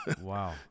Wow